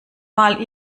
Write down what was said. mal